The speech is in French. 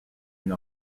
une